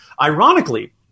ironically